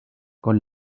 con